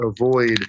avoid